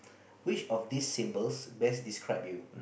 which of this symbols best describe you